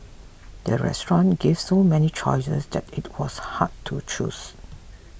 the restaurant gave so many choices that it was hard to choose